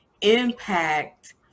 impact